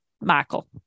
michael